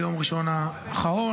ביום ראשון האחרון.